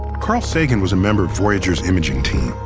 carl sagan was a member of voyager's imaging team.